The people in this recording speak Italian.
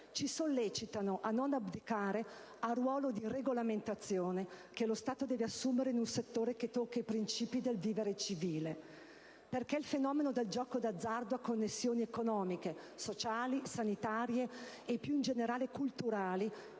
ci sollecitano a non abdicare al ruolo di regolamentazione che lo Stato deve assumere in un settore che tocca i principi del vivere civile. Il fenomeno del gioco d'azzardo, infatti, ha connessioni economiche, sociali, sanitarie, e più in generale culturali,